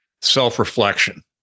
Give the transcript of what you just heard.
self-reflection